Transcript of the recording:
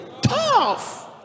Tough